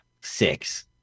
six